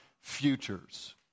futures